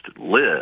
live